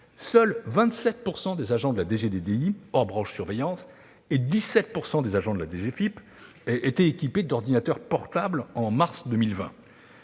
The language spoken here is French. seuls 27 % des agents de la DGDDI, hors branche surveillance, et 17 % des agents de la DGFiP étaient équipés d'ordinateurs portables en mars 2020.